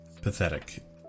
pathetic